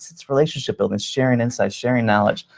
it's it's relationship-building, it's sharing insights, sharing knowledge.